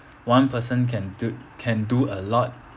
one person can do can do a lot